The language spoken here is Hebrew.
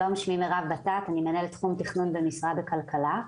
שלום, אני מנהלת תחום תכנון במשרד הכלכלה.